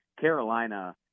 Carolina